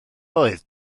oedd